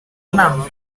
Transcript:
enam